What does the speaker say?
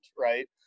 right